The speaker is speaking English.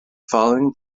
following